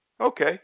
okay